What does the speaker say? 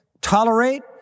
tolerate